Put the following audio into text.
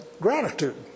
gratitude